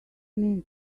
mean